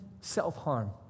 self-harm